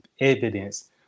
evidence